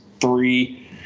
three